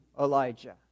Elijah